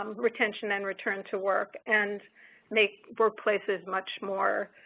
um retention and return to work and make workplace is much more